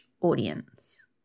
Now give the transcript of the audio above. audience